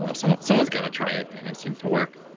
and so someone's got to try it, and it seemed to work.